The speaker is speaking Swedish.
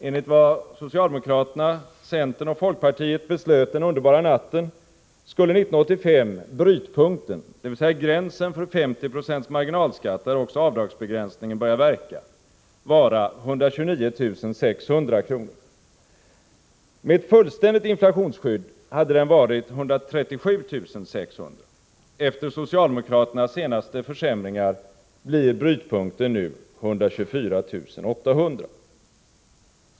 Enligt vad socialdemokraterna, centern och folkpartiet beslöt den underbara natten skulle 1985 brytpunkten, dvs. gränsen för 50 26 marginalskatt, där också avdragsbegränsningen börjar verka, vara 129 600 kr. Med ett fullständigt inflationsskydd hade den varit 137 600 kr. Efter socialdemokraternas senaste försämringar blir brytpunkten nu 124 800 kr.